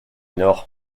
nord